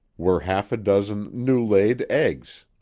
were half a dozen new-laid eggs.